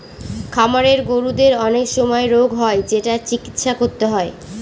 খামারের গরুদের অনেক সময় রোগ হয় যেটার চিকিৎসা করতে হয়